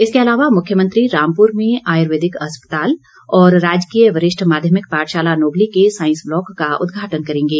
इसके अलावा मुख्यमंत्री रामपुर में आयुर्वेदिक अस्पताल और राजकीय वरिष्ठ माध्यमिक पाठशाला नोगली के सांइस ब्लॉक का उद्घाटन करेंगे